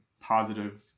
positive